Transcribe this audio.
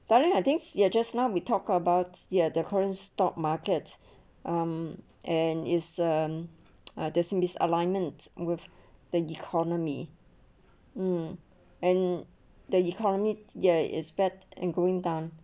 daring I think ya just now we talk about ya the current stock markets um and is um or dismiss alignment with the economy mm and the economic there is bad and going down